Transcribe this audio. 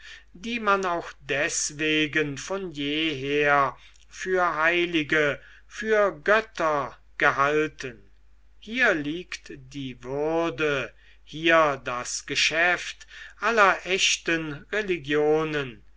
die man auch deswegen von jeher für heilige für götter gehalten hier liegt die würde hier das geschäft aller echten religionen